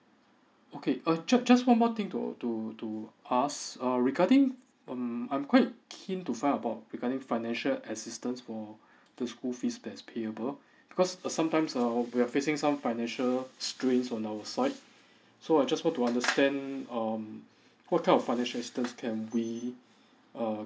okay uh just just one more thing to to to ask err regarding um I'm quite keen to find about regarding financial assistance for school fees that is payable because uh sometimes err we are facing some financial strings on our side so I just want to understand um what kind of financial assistance can we uh